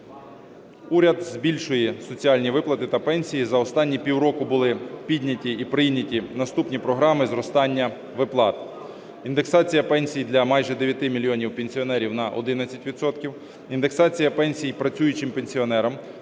Уряд збільшує соціальні виплати та пенсії. За останні пів року були підняті і прийняті наступні програми зростання виплат. Індексація пенсій для майже 9 мільйонів пенсіонерів на 11 відсотків, індексація пенсій працюючим пенсіонерам,